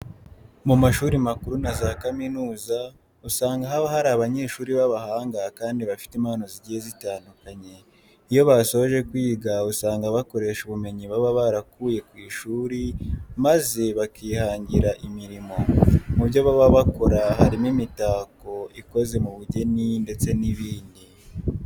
Mu mashuri makuru na za kaminuza usanga haba hari abanyeshuri b'abahanga kandi bafite impano zigiye zitandukanye. Iyo basoje kwiga usanga bakoresha ubumenyi baba barakuye ku ishuri maze bakihangira imirimo. Mu byo baba bakora harimo imitako ikoze mu bugeni ndetse n'ibindi.